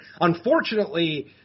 Unfortunately